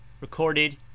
Recorded